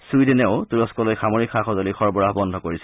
চুইডেনেও তুৰস্কলৈ সামৰিক সা সজুলিৰ সৰবৰাহ বন্ধ কৰিছে